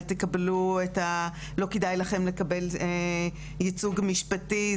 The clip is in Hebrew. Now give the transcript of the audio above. לא כדאי לכם לקבל ייצוג משפטי,